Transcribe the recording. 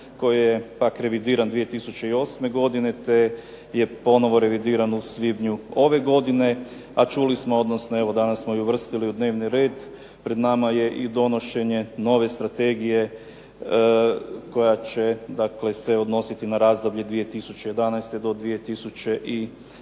koji je akreditiran 2008. godine te je ponovno revidiran u svibnju ove godine, a čuli smo, odnosno evo danas smo i uvrstili u dnevni red. Pred nama je i donošenje nove Strategije koja će dakle se odnositi na razdoblje 2011. do 2015.